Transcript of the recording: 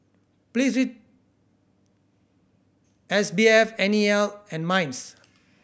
S B F N E L and MINDS